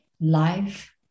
life